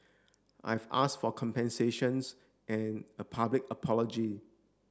I've ask for compensations and a public apology